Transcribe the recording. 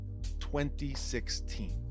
2016